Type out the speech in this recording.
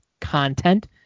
content